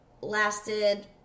lasted